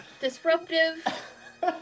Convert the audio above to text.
disruptive